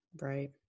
Right